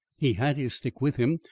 he had his stick with him,